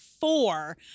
four